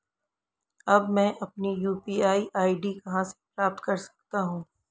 अब मैं अपनी यू.पी.आई आई.डी कहां से प्राप्त कर सकता हूं?